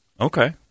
Okay